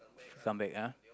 come back ah